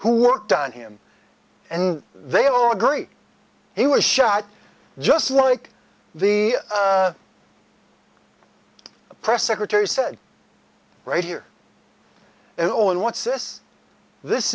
who worked on him and they all agreed he was shot just like the press secretary said right here and oh and what's this this